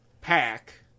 pack